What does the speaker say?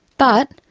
but,